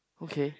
okay